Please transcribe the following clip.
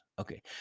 okay